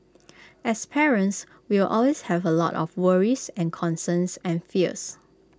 as parents we will always have A lot of worries and concerns and fears